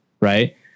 Right